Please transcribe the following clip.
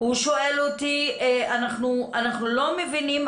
הוא שואל אותי: אנחנו לא מבינים,